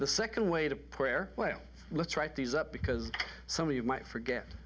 the second way to poor well let's write these up because some of you might forget